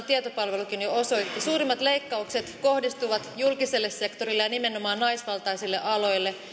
tietopalvelukin jo osoitti että suurimmat leikkaukset kohdistuvat julkiselle sektorille ja nimenomaan naisvaltaisille aloille